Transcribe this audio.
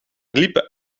liepen